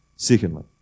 Secondly